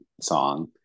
song